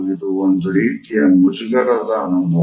ಇದು ಒಂದು ರೀತಿಯ ಮುಜುಗರದ ಅನುಭವ